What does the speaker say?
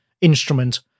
instrument